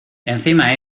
encima